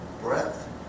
breath